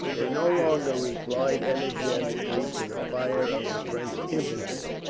they no longer replied energetically to the fire of the french infantry.